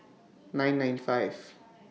nine nine five